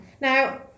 Now